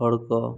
ᱦᱚᱲᱠᱚ